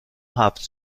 هفت